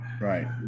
right